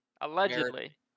allegedly